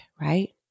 right